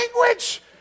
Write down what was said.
language